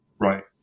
right